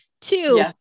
two